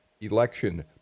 election